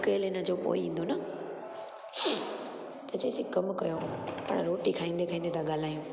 उकेल हिनजो पोइ ईंदो न त चईसि हिकु कमु कयो पाणि रोटी खाईंदे खाईंदे था ॻाल्हायूं